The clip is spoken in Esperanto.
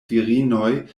virinoj